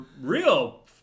real